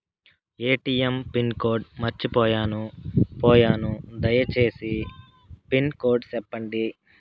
ATM pin code మర్చిపోయాను పోయాను దయసేసి పిన్ కోడ్ సెప్పండి?